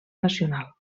nacional